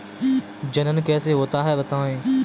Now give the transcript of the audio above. जनन कैसे होता है बताएँ?